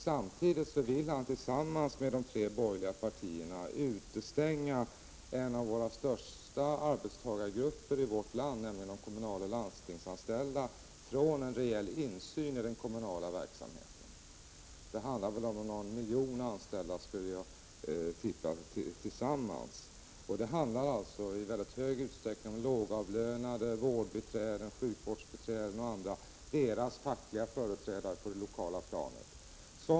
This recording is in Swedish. Samtidigt vill han tillsammans med de tre borgerliga partierna utestänga en av de största arbetstagargrupperna i vårt land, nämligen kommunaloch landstingsanställda, från en rejäl insyn i den kommunala verksamheten. Jag uppskattar att det tillsammans rör sig om någon miljon anställda. Det handlar i mycket stor utsträckning om lågavlönande vårdbiträden, sjukvårdsbiträden och andra samt deras fackliga företrädare på det lokala planet.